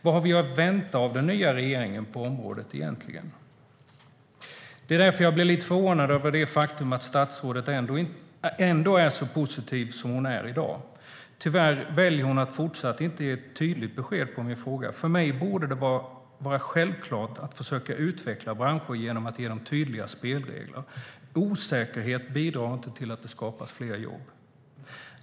Vad har vi att vänta av den nya regeringen på området egentligen? Tyvärr väljer hon fortsatt att inte ge ett tydligt besked när det gäller min fråga. Det borde vara självklart att försöka utveckla branscher genom att ge dem tydliga spelregler. Osäkerhet bidrar inte till att det skapas fler jobb.